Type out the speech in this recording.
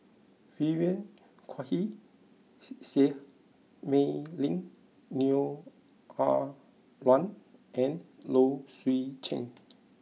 Vivien Quahe Seah Mei Lin Neo Ah Luan and Low Swee Chen